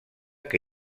que